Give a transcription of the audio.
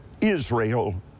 Israel